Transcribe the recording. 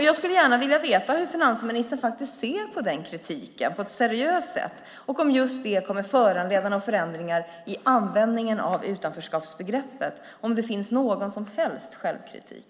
Jag skulle gärna vilja veta hur finansministern ser på den kritiken på ett seriöst sätt och om den kommer att föranleda några förändringar i användningen av utanförskapsbegreppet, om det finns någon som helst självkritik.